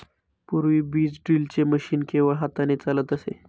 पूर्वी बीज ड्रिलचे मशीन केवळ हाताने चालत असे